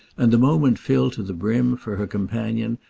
and the moment filled to the brim, for her companion,